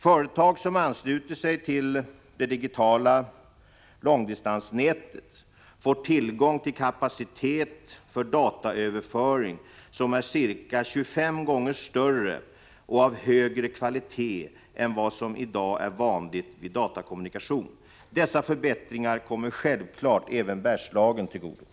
Företag som ansluter sig till det digitala långdistansnätet får tillgång till kapacitet för dataöverföring som är ca 25 gånger större och av högre kvalitet än vad som i dag är vanligt vid datakommunikation. Dessa förbättringar kommer självklart även Bergslagen till godo.